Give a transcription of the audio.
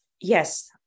Yes